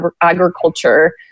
agriculture